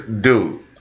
dude